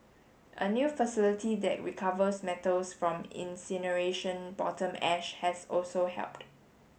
a new facility that recovers metals from incineration bottom ash has also helped